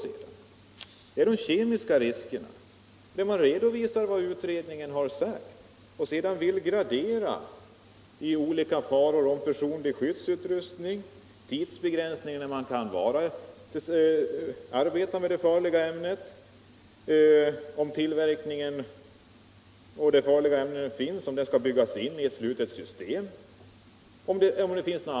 Beträffande de kemiska riskerna redovisar man vad utredningen har sagt och vill sedan gradera olika faror med tanke på skyddsutrustning, begränsning av den tid som man kan arbeta med det farliga ämnet, om tillverkningen av det farliga ämnet kan byggas in i ett slutet system eller andra alternativ.